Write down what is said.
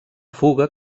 fuga